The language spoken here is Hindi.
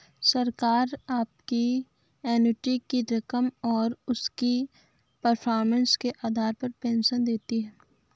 सरकार आपकी एन्युटी की रकम और उसकी परफॉर्मेंस के आधार पर पेंशन देती है